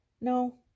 no